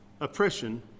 oppression